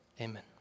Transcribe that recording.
amen